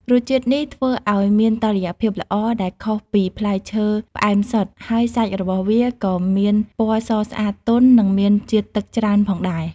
រសជាតិនេះធ្វើឲ្យមានតុល្យភាពល្អដែលខុសពីផ្លែឈើផ្អែមសុទ្ធ ហើយសាច់របស់វាក៏មានពណ៌សស្អាត ទន់ និងមានជាតិទឹកច្រើនផងដែរ។